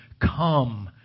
come